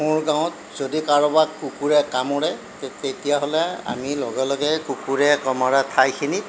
মোৰ গাঁৱত যদি কাৰোবাক কুকুৰে কামোৰে তেতিয়াহ'লে আমি লগে লগে কুকুৰে কামোৰা ঠাইখিনি